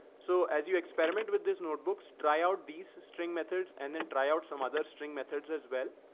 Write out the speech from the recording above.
so as you experiment with this notebooks, try out these string methods and then try out some other string methods as well.